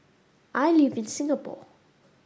I live in Singapore